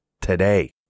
today